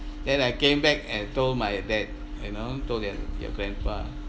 then I came back and told my dad you know told that your grandpa